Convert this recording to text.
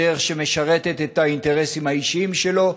בדרך שמשרתת את האינטרסים האישיים שלו,